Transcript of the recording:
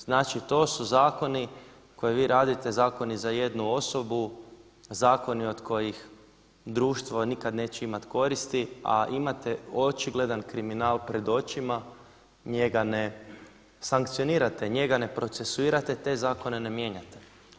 Znači to su zakoni koje vi radite, zakoni za jednu osobu, zakoni od kojih društvo nikad neće imati koristi, a imate očigledan kriminal pred očima njega ne sankcionirate, njega ne procesuirate, te zakone ne mijenjate.